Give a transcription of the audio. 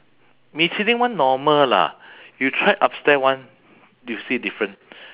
michelin one normal lah you try upstairs one you see different